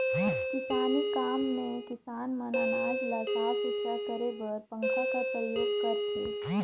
किसानी काम मे किसान मन अनाज ल साफ सुथरा करे बर पंखा कर परियोग करथे